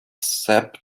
sap